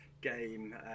game